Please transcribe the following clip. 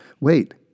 Wait